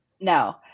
No